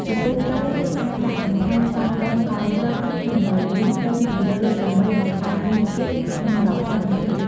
ជាទូទៅ គេអាចដាក់បន្ថែម សាច់ដូងកោសស្រស់ ឬ ល្ងលីង នៅពីលើដើម្បីបង្កើនរសជាតិ និងសោភ័ណភាព។